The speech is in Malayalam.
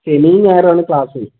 ശനിയും ഞായറുമാണ് ക്ലാസ്